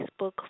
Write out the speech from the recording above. Facebook